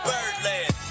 Birdland